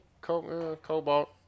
Cobalt